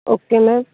okay ma'am